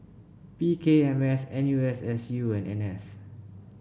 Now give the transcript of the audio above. P K M S N U S S U and N S